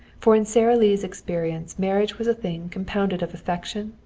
for in sara lee's experience marriage was a thing compounded of affection,